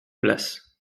place